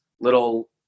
little